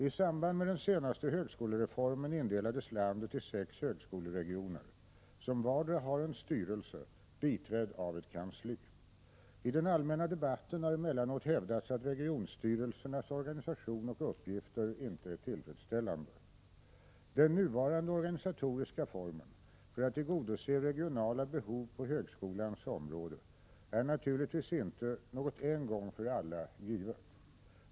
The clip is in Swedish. I samband med den senaste högskolereformen indelades landet i sex högskoleregioner, som vardera har en styrelse, biträdd av ett kansli. I den allmänna debatten har emellanåt hävdats att regionstyrelsernas organisation och uppgifter inte är tillfredsställande. Den nuvarande organisatoriska formen för att tillgodose regionala behov på högskolans område är naturligtvis inte något en gång för alla givet.